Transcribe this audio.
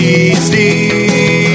easy